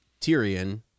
Tyrion